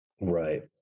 Right